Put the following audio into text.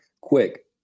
quick